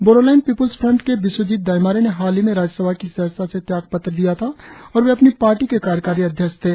Bodoland people's front के बिस्वजीत दाइमारे ने हाल ही में राजयसभा की सदसयता से तयागपत्र दिया था और वे अपनी पार्टी के कार्यकारी अध्यक्ष थे